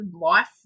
life